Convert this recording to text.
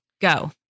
Go